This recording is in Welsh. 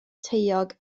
taeog